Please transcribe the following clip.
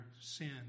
sin